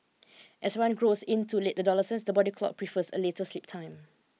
as one grows into late adolescence the body clock prefers a later sleep time